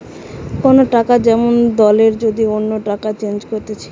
কোন টাকা যেমন দলের যদি অন্য টাকায় চেঞ্জ করতিছে